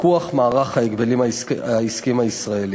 פיקוח מערך ההגבלים העסקיים הישראלי,